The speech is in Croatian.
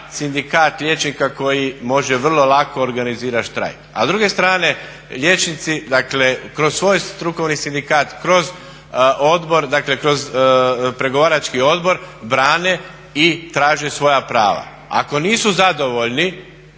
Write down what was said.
sindikat liječnika koji može vrlo lako organizirati štrajk. A s druge strane liječnici, dakle kroz svoj strukovni sindikat, kroz odbor, dakle kroz pregovarački odbor brane i traže svoja prava. Ako nisu zadovoljni,